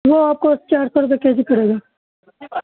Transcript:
وہ آپ کو چار سو روپے کے جی پڑے گا